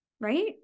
Right